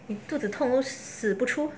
你肚子痛后死不出